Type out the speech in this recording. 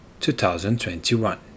2021